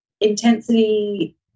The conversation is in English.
intensity